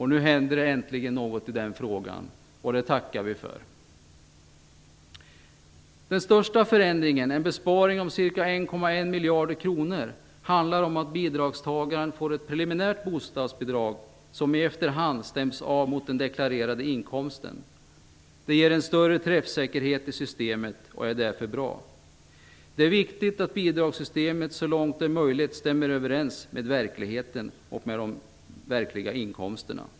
Nu händer det äntligen något i den frågan, och det tackar vi för. Den största förändringen, som är en besparing om ca 1,1 miljarder kronor, handlar om att bidragstagaren får ett preliminärt bostadsbidrag, som i efterhand stäms av mot den deklarerade inkomsten. Det ger en större träffsäkerhet i systemet och är därför bra. Det är viktigt att bidragssystemet, så långt det är möjligt, stämmer överens med verkligheten, med de verkliga inkomsterna.